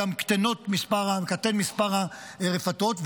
גם קטן מספר הרפתות,